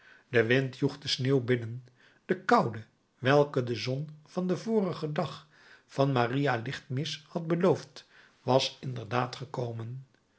de wind joeg de sneeuw binnen de koude welke de zon van den vorigen dag van maria lichtmis had beloofd was inderdaad gekomen